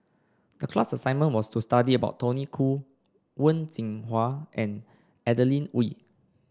the class assignment was to study about Tony Khoo Wen Jinhua and Adeline Ooi